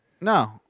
No